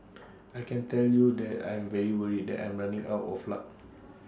I can tell you that I'm very worried and I'm running out of luck